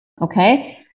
Okay